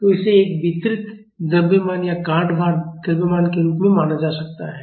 तो इसे एक वितरित द्रव्यमान या गांठदार द्रव्यमान के रूप में माना जा सकता है